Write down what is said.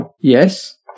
Yes